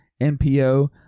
NPO